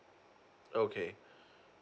okay